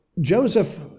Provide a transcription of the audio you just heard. Joseph